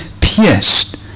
pierced